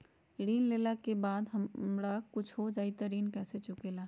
ऋण लेला के बाद अगर हमरा कुछ हो जाइ त ऋण कैसे चुकेला?